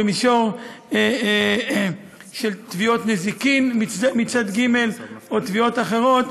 במישור של תביעות נזיקין מצד ג' או תביעות אחרות.